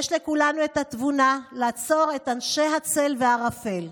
יש לכולנו את התבונה לעצור את אנשי הצל והערפל.